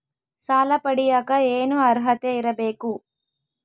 ಸಾಲ ಪಡಿಯಕ ಏನು ಅರ್ಹತೆ ಇರಬೇಕು?